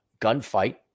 gunfight